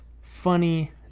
funny